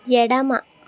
ఎడమ